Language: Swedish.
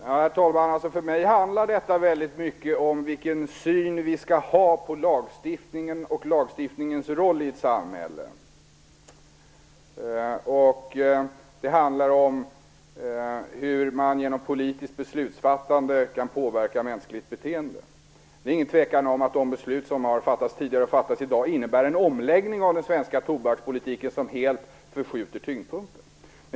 Herr talman! För mig handlar detta väldigt mycket om vilken syn vi skall ha på lagstiftningen och lagstiftningens roll i ett samhälle. Det handlar också om hur man genom politiska beslut kan påverka mänskligt beteende. Det råder ingen tvekan om att de beslut som har fattats tidigare och som kommer att fattas i dag innebär en omläggning av den svenska tobakspolitiken, vilket helt förskjuter tyngdpunkten. Herr talman!